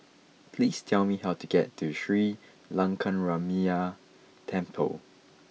please tell me how to get to Sri Lankaramaya Temple